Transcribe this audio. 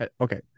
Okay